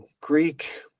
Greek